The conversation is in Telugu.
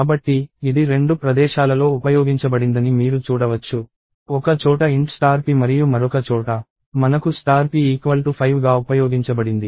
కాబట్టి ఇది రెండు ప్రదేశాలలో ఉపయోగించబడిందని మీరు చూడవచ్చు ఒక చోట int p మరియు మరొక చోట మనకు p 5 గా ఉపయోగించబడింది